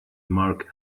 mark